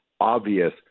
obvious